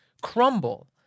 crumble